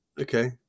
Okay